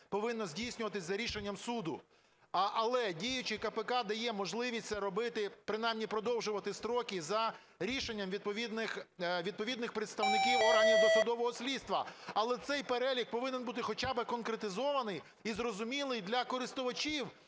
повинно здійснюватися за рішенням суду. Але діючий КПК дає можливість робити, принаймні, продовжувати строки за рішенням відповідних представників органів досудового слідства. Але цей перелік повинен бути хоча би конкретизований і зрозумілий для користувачів